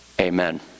amen